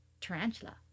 tarantula